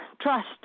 trust